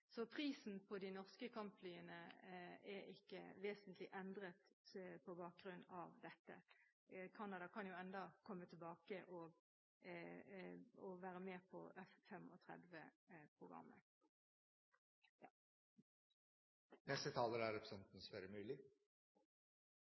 Prisen på de norske kampflyene er ikke vesentlig endret på bakgrunn av dette, og Canada kan ennå komme tilbake og være med i F-35-programmet. Dagfinn Høybråten brukte lang tid på